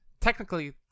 Technically